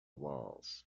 walls